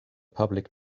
public